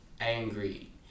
angry